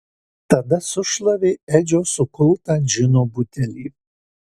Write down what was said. tada sušlavė edžio sukultą džino butelį